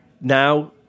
Now